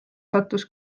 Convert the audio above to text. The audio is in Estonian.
sattus